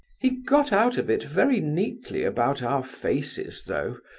he got out of it very neatly about our faces, though,